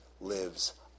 lives